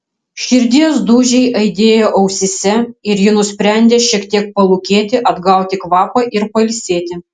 širdies dūžiai aidėjo ausyse ir ji nusprendė šiek tiek palūkėti atgauti kvapą ir pailsėti